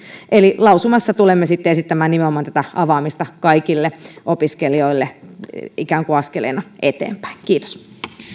eli lausumassa tulemme esittämään nimenomaan tätä avaamista kaikille opiskelijoille ikään kuin askeleena eteenpäin kiitos